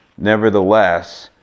nevertheless,